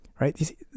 right